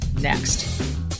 next